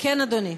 כן, אדוני.